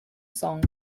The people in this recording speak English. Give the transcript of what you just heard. song